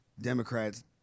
Democrats